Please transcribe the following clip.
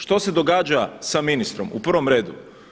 Što se događa sa ministrom u prvom redu?